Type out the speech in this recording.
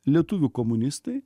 lietuvių komunistai